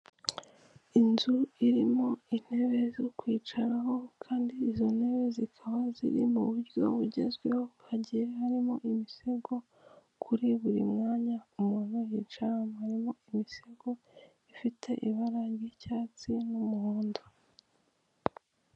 Inzu irimo intebe zo kwicaraho kandi izo ntebe zikaba ziri mu buryo bugezweho, hagiye habamo imisego kuri buri mwanya umuntu yicaraho hari imisego ifite ibara ry'icyatsi, n'umuhondo.